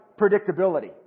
predictability